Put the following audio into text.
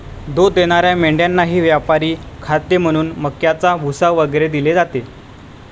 दूध देणाऱ्या मेंढ्यांनाही व्यापारी खाद्य म्हणून मक्याचा भुसा वगैरे दिले जाते